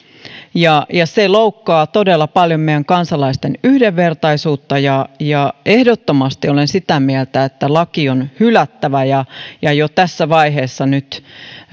ja ja se loukkaa todella paljon meidän kansalaisten yhdenvertaisuutta ehdottomasti olen sitä mieltä että laki on hylättävä ja ja jo tässä vaiheessa nyt